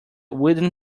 wooden